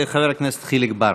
חבר הכנסת חיליק בר.